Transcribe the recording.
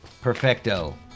Perfecto